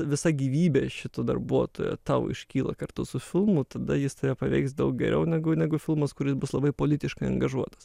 visa gyvybė šito darbuotojo tau iškyla kartu su filmu tada jis tave paveiks daug geriau negu negu filmas kuris bus labai politiškai angažuotas